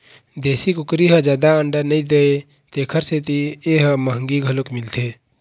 देशी कुकरी ह जादा अंडा नइ देवय तेखर सेती ए ह मंहगी घलोक मिलथे